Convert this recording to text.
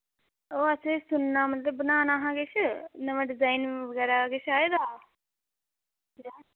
ओ असैं सुन्ना मतलब बनाना हा किश नवां डिजाइन बगैरा किश आए दा